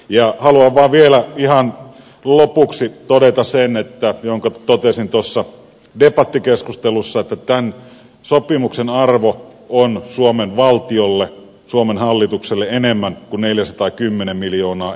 haluan vaan vielä ihan lopuksi todeta sen minkä totesin tuossa debattikeskustelussa että tämän sopimuksen arvo on suomen valtiolle suomen hallitukselle enemmän kunelius tai kymmenen miljoona